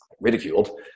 ridiculed